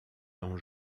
dents